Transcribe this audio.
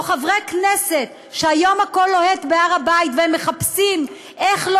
או חברי כנסת שהיום הכול לוהט בהר הבית והם מחפשים איך לא